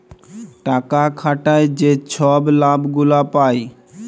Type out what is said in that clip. টাকা খাটায় যে ছব লাভ গুলা পায়